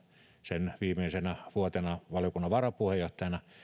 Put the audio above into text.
sen viimeisenä vuotena valiokunnan varapuheenjohtajana